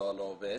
שהדואר לא עובד